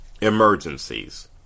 emergencies